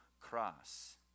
cross